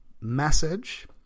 message